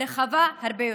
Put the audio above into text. רחבה הרבה יותר: